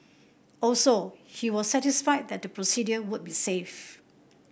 also he was satisfied that the procedure would be safe